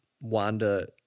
Wanda